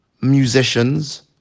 musicians